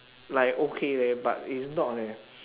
like okay leh but is not leh